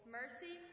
mercy